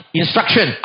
instruction